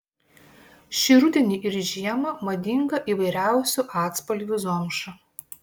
šį rudenį ir žiemą madinga įvairiausių atspalvių zomša